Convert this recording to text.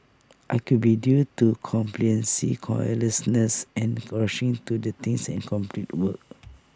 I could be due to complacency carelessness and rushing to do things and complete work